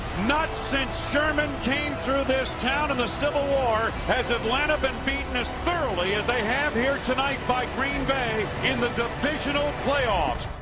not since sherman came through this town in the civil war has atlanta been beaten as thoroughly as they have here tonight by green bay in the divisional playoffs.